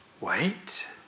Wait